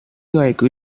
người